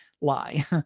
lie